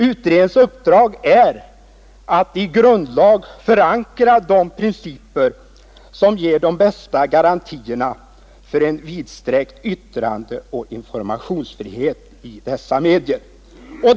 Utredningens uppdrag är att i grundlag förankra de principer som ger de bästa garantierna för en vidsträckt yttrandeoch informationsfrihet i dessa medier.